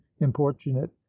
importunate